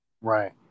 right